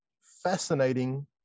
fascinating